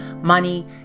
money